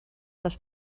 les